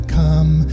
come